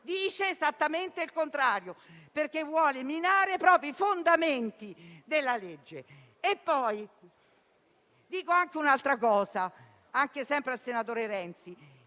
esattamente il contrario, perché vuole minare proprio i fondamenti della legge. Dico anche un'altra cosa, sempre al senatore Renzi.